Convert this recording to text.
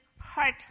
heart